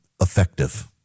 effective